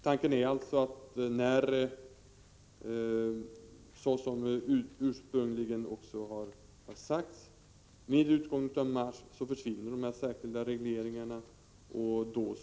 Tanken är alltså, vilket också ursprungligen har sagts, att de särskilda regleringarna skall försvinna vid utgången av mars.